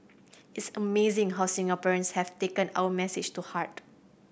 it's amazing how Singaporeans have taken our message to heart